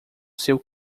seu